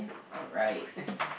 alright